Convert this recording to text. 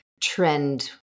trend